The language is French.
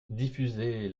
diffuser